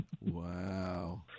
Wow